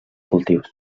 cultius